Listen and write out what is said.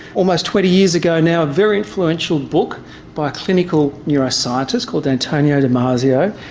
almost twenty years ago now a very influential book by a clinical neuroscientist called antonio demasio,